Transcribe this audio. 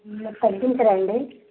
పొద్దున్నకి రండి